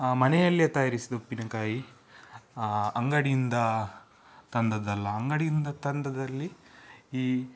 ಮನೆಯಲ್ಲೆ ತಯಾರಿಸಿದ ಉಪ್ಪಿನಕಾಯಿ ಅಂಗಡಿಯಿಂದ ತಂದದ್ದಲ್ಲ ಅಂಗಡಿಯಿಂದ ತಂದದ್ರಲ್ಲಿ ಈ